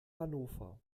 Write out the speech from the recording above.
hannover